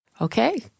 Okay